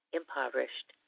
impoverished